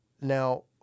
Now